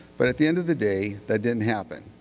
but at the and of the day that didn't happen.